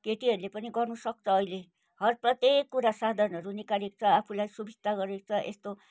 केटीहरूले पनि गर्न सक्छ अहिले हर प्रत्येक कुरा साधनहरू निकालेको छ आफूलाई सुविस्ता गरेको छ यस्तो